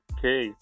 Okay